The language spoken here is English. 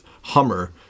Hummer